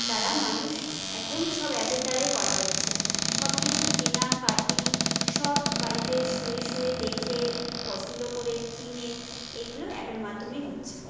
তারা মানুষ এখন সব অ্যাপের দ্বারাই করা হচ্ছে সব কিছু কেনাকাটি সব বাড়িতে শুয়ে শুয়ে দেখে পছন্দ করে কিনে এগুলো অ্যাপের মাধ্যমেই হচ্ছে